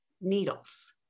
needles